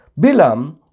Bilam